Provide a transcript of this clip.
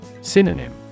Synonym